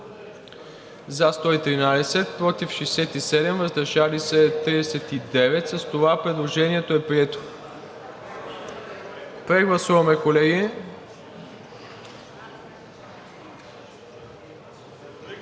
за 102, против 121, въздържали се 3. С това предложението не е прието. Прегласуваме, колеги,